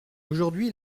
aujourd’hui